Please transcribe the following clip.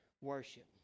worship